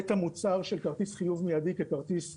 את המוצר של כרטיס חיוב מידי ככרטיס מדף.